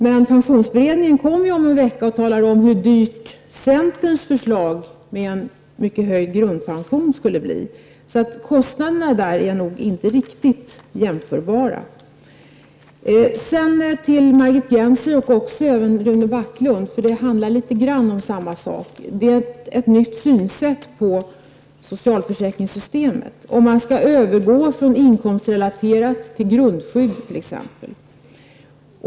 Men pensionsberedningen kommer ju om en vecka och den talar om hur dyrt centerns förslag med en mycket höjd grundpension skulle bli. Kostnaderna är nog inte riktigt jämförbara. Jag vänder mig sedan till Margit Gennser och även till Rune Backlund; det handlar delvis om samma sak: ett nytt synsätt när det gäller socialförsäkringssystemet. Man talar om att övergå från inkomstrelaterat skydd till grundskydd t.ex.